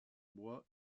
bois